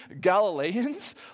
Galileans